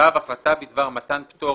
(ו)החלטה בדבר מתן פטור